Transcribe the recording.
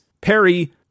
Perry